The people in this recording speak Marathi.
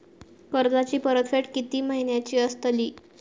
कर्जाची परतफेड कीती महिन्याची असतली?